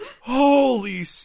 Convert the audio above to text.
Holy